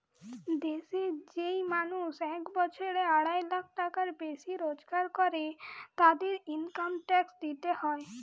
দেশের যেই মানুষ এক বছরে আড়াই লাখ টাকার বেশি রোজগার করের, তাদেরকে ইনকাম ট্যাক্স দিইতে হয়